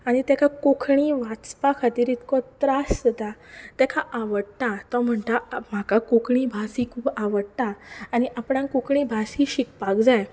आनी ताका कोंकणी वाचपा खातीर इतको त्रास जाता ताका आवडटा तो म्हणटा म्हाका कोंकणी भास ही खूब आवडटा आनी आपणाक कोंकणी भास ही शिकपाक जाय